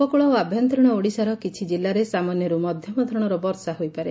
ଉପକକଳ ଓ ଆଭ୍ୟନ୍ତରୀଣ ଓଡ଼ିଶାର କିଛି କିଲ୍ଲାରେ ସାମାନ୍ୟରୁ ମଧ୍ଧମ ଧରଣର ବର୍ଷା ହୋଇପାରେ